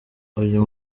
uyu